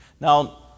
now